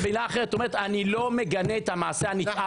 תדע שכשאתה לא משיב אתה במילה אחרת אומר: אני לא מגנה את המעשה הנתעב,